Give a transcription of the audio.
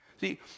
See